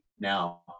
now